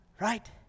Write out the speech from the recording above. Right